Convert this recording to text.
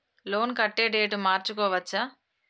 Loan కట్టే date మార్చుకోవచ్చా?